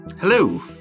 Hello